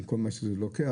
עם כל מה שזה לוקח,